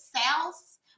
sauce